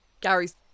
gary's